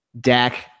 Dak